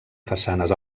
façanes